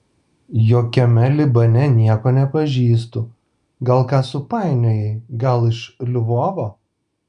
jokiame libane nieko nepažįstu gal ką supainiojai gal iš lvovo